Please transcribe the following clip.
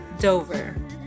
Dover